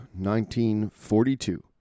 1942